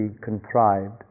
contrived